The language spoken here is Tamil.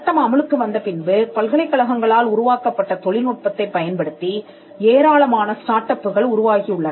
சட்டம் அமலுக்கு வந்த பின்பு பல்கலைக்கழகங்களால் உருவாக்கப்பட்ட தொழில்நுட்பத்தைப் பயன்படுத்தி ஏராளமான ஸ்டார்ட் அப்புகள் உருவாகியுள்ளன